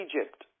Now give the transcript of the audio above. Egypt